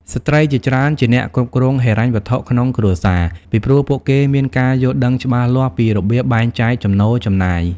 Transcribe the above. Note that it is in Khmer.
ស្ត្រីជាច្រើនជាអ្នកគ្រប់គ្រងហិរញ្ញវត្ថុក្នុងគ្រួសារ ពីព្រោះពួកគេមានការយល់ដឹងច្បាស់លាស់ពីរបៀបបែងចែកចំណូលចំណាយ។